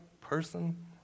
person